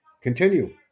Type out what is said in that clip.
Continue